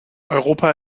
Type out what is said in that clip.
europa